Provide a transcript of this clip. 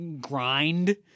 grind –